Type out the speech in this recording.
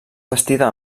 bastida